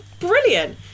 brilliant